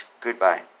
Goodbye